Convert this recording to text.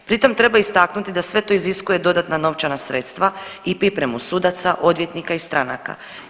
Pritom treba istaknuti da sve to iziskuje dodatna novčana sredstva i pripremu sudaca, odvjetnika i stranaka.